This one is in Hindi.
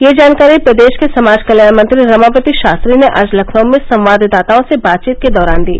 यह जानकारी प्रदेश के समाज कल्याण मंत्री रमापति शास्त्री ने आज लखनऊ में सवाददाताओं से बातचीत के दौरान दी